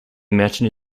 mountain